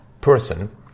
person